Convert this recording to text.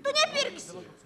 tu nepirksi